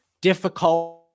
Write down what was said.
difficult